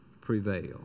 prevail